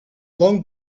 long